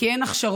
כי אין הכשרות,